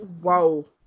Whoa